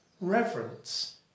reverence